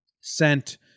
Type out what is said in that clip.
sent